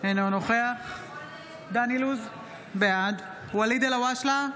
אינו נוכח דן אילוז, בעד ואליד אלהואשלה,